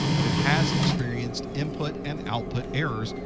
but it has experienced input and output errors.